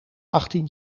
achttien